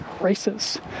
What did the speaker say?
races